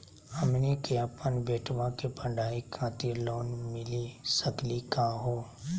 हमनी के अपन बेटवा के पढाई खातीर लोन मिली सकली का हो?